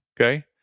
Okay